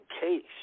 case